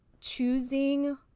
choosing